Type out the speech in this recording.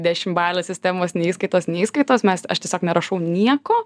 dešimbalės sistemos nei įskaitos neįskaitos mes aš tiesiog nerašau nieko